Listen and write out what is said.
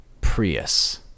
Prius